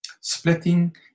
splitting